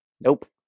Nope